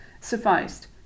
sufficed